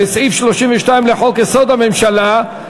וסעיף 32 לחוק-יסוד הממשלה,